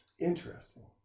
Interesting